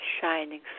shining